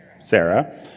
Sarah